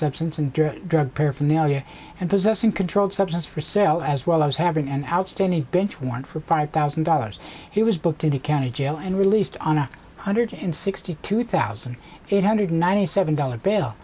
substance and drug paraphernalia and possessing controlled substance for sale as well as having an outstanding bench warrant for five thousand dollars he was booked at the county jail and released on a one hundred sixty two thousand eight hundred ninety seven dollars bail